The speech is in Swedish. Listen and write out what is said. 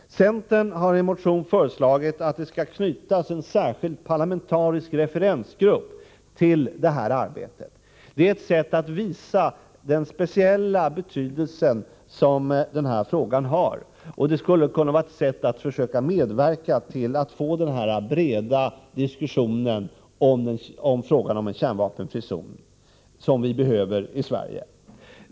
Centern har i en motion föreslagit att det skall knytas en särskild parlamentarisk referensgrupp till detta arbete. Det är ett sätt att visa den speciella betydelse som denna fråga har. Det skulle kunna vara ett sätt att medverka till den breda diskussion om en kärnvapenfri zon som vi behöver i Sverige.